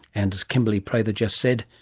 and, as kimberly prather just said,